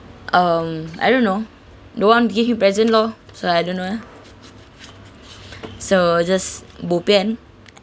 um I don't know know no one give me present lor so I don't know ah so just bo bian